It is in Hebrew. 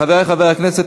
חברי חברי הכנסת,